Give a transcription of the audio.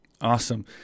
Awesome